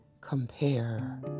compare